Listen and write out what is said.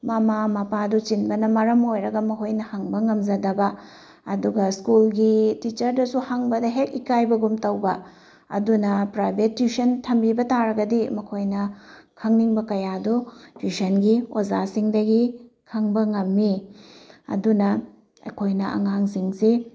ꯃꯃꯥ ꯃꯄꯥꯗꯨ ꯆꯤꯟꯕꯅ ꯃꯔꯝ ꯑꯣꯏꯔꯒ ꯃꯈꯣꯏꯅ ꯍꯪꯕ ꯉꯝꯖꯗꯕ ꯑꯗꯨꯒ ꯁ꯭ꯀꯨꯜꯒꯤ ꯇꯤꯆꯔꯗꯁꯨ ꯍꯪꯕꯗ ꯍꯦꯛ ꯏꯀꯥꯏꯕꯒꯨꯃ ꯇꯧꯕ ꯑꯗꯨꯅ ꯄ꯭ꯔꯥꯏꯚꯦꯠ ꯇ꯭ꯋꯤꯁꯟ ꯊꯝꯕꯤꯕ ꯇꯔꯒꯗꯤ ꯃꯈꯣꯏꯅ ꯈꯪꯅꯤꯡꯕ ꯀꯌꯥꯗꯨ ꯇ꯭ꯋꯤꯁꯟꯒꯤ ꯑꯣꯖꯥꯁꯤꯡꯗꯒꯤ ꯈꯪꯕ ꯉꯝꯃꯤ ꯑꯗꯨꯅ ꯑꯩꯈꯣꯏꯅ ꯑꯉꯥꯡꯁꯤꯡꯁꯤ